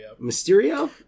mysterio